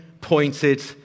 pointed